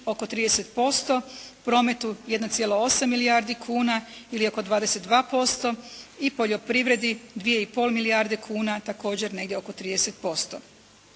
oko 30%, prometu 1,8 milijardi kuna ili oko 22% i poljoprivredi 2,5 milijarde kuna također negdje oko 30%.